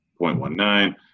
0.19